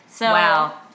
Wow